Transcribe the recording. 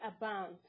abound